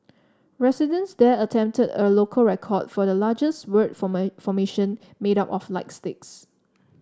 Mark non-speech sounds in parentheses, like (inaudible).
residents there attempted a local record for the largest word (unintelligible) formation made up of light sticks